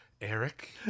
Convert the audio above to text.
Eric